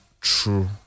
true